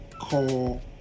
call